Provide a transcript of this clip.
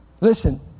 Listen